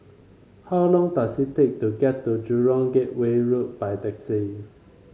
how long does it take to get to Jurong Gateway Road by taxi